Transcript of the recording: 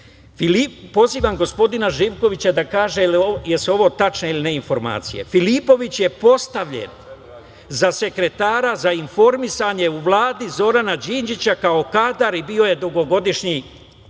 Filipović je postavljen za sekretara za informisanje u Vladi Zorana Đinđića kao kadar i bio je dugogodišnji